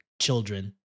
children